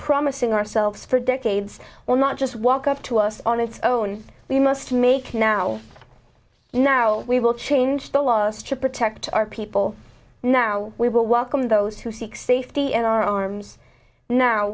promising ourselves for decades well not just walk up to us on it's own we must make now now we will change the laws to protect our people now we will welcome those who seek safety in our arms now